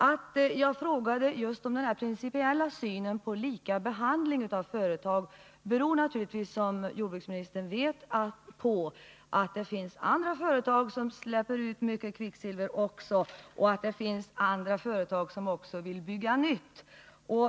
Att jag ställde en fråga om lika behandling av olika företag beror naturligtvis på att det, som jordbruksministern vet, finns andra företag som släpper ut mycket kvicksilver och att det finns andra företag som också vill bygga nytt.